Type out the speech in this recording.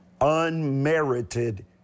unmerited